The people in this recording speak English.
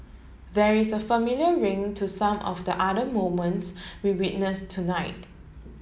there is a familiar ring to some of the other moments we witnessed tonight